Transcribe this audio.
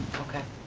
okay.